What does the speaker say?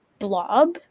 blob